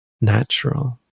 natural